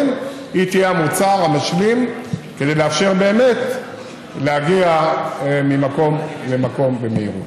תהיה המוצר המשלים כדי לאפשר באמת להגיע ממקום למקום במהירות.